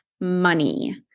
money